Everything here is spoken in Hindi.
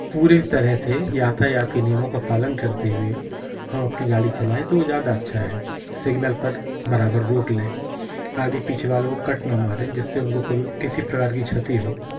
पूरे तरह से यातायात के नियमों का पालन करते हुए हम अपनी गाड़ी चलाएं तो वो ज़्यादा अच्छा है सिग्नल पर बराबर रोक लें आगे पीछे वालों को कट ना मारे जिससे उनको कोई भी किसी प्रकार की क्षति हो